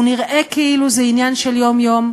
הוא נראה כאילו זה עניין של יום-יום,